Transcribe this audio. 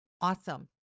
awesome